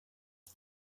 iki